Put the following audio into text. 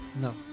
No